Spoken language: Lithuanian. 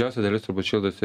didžiausia dalis turbūt šildosi